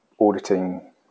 auditing